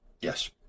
Yes